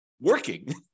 working